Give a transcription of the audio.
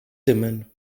dimmen